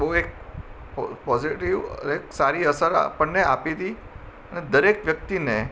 બહુ એક પોઝિટિવ અને એક સારી અસર આપણને આપી તી અને દરેક વ્યક્તિને